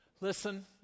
Listen